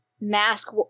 mask